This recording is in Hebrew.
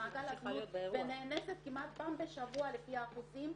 במעגל הזנות ונאנסת כמעט פעם בשבוע לפי האחוזים,